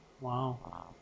Wow